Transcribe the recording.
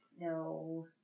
No